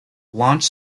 launch